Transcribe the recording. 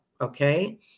Okay